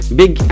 big